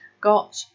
got